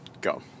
go